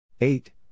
Eight